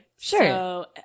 Sure